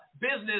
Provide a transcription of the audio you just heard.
business